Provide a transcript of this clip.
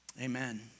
Amen